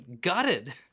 gutted